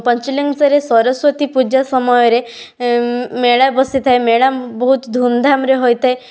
ପଞ୍ଚଲିଙ୍ଗେଶ୍ୱରରେ ସରସ୍ୱତୀ ପୂଜା ସମୟରେ ମେଳା ବସିଥାଏ ମେଳା ବହୁତ ଧୁମ୍ଧାମ୍ରେ ହୋଇଥାଏ